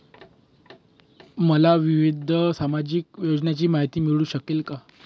मला विविध सामाजिक योजनांची माहिती मिळू शकेल का?